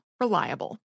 Reliable